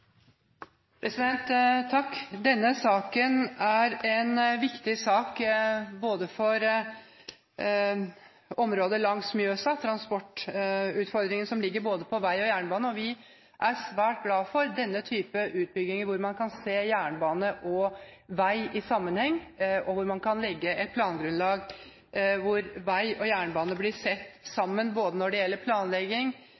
en viktig sak for området langs Mjøsa og transportutfordringene på både vei og jernbane. Vi er svært glad for denne type utbygginger, hvor man kan se jernbane og vei i sammenheng, og hvor man kan legge et plangrunnlag hvor vei og jernbane blir sett